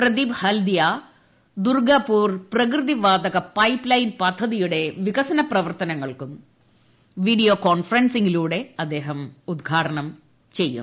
പ്രദിപ് ഹൽദിയാ ദുർഗാപൂർ പ്രകൃതിവാതക pipeline പദ്ധതിയുടെ വികസനപ്രവർത്തനങ്ങളും വീഡിയോ കോൺഫറൻസിങിലൂടെ ഉദ്ഘാടനം ചെയ്യും